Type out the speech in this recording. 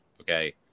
okay